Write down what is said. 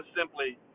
simply